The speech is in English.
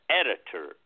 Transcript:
editor